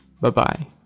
Bye-bye